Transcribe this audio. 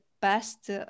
best